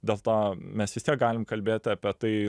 dėl to mes vis tiek galim kalbėt apie tai